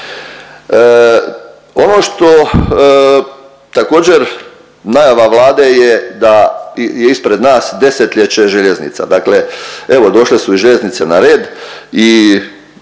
Ono što također najava Vlade je da je ispred nas desetljeće željeznica. Dakle, evo došle su i željeznice na red i